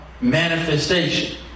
manifestation